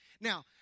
Now